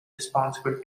responsible